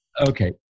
Okay